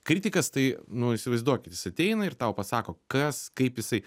kritikas tai nu įsivaizduokit jis ateina ir tau pasako kas kaip jisai